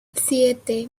siete